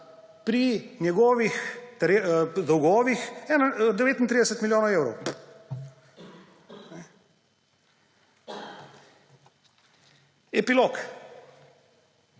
pri njegovih dolgovih 39 milijonov evrov. Epilog: